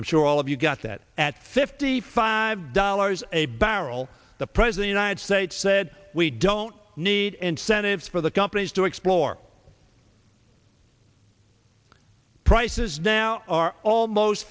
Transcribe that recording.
i'm sure all of you got that at fifty five dollars a barrel the present united states said we don't need incentives for the companies to explore prices now are almost